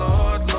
Lord